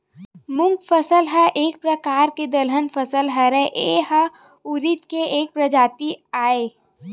मूंग फसल ह एक परकार के दलहन फसल हरय, ए ह उरिद के एक परजाति आय